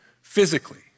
physically